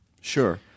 Sure